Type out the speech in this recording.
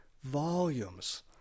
volumes